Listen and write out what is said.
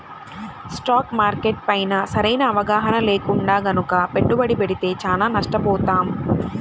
stock market పైన సరైన అవగాహన లేకుండా గనక పెట్టుబడి పెడితే చానా నష్టపోతాం